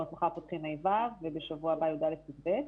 מחר פותחים ה'-ו', ובשבוע הבא י"א-י"ב,